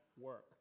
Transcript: work